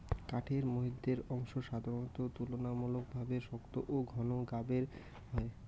কাঠের মইধ্যের অংশ সাধারণত তুলনামূলকভাবে শক্ত ও ঘন গাবের হয়